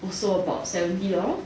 also about seventy dollars